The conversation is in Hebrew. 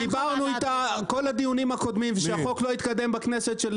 דיברנו איתה כל הדיונים הקודמים שהחוק לא התקדם בכנסת.